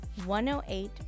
108